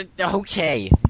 Okay